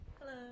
Hello